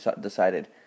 decided